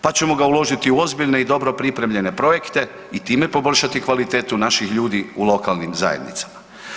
Pa ćemo ga uložiti i dobro pripremljene projekte i time poboljšati kvalitetu naših ljudi u lokalnim zajednicama.